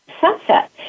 sunset